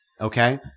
Okay